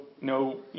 No